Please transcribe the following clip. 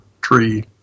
tree